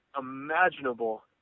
imaginable